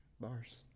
bars